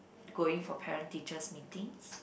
going for parent teachers Meetings